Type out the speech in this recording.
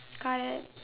got it